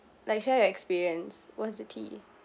like share your experience what's the tea